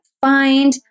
find